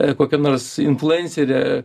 a kokia nors influencerė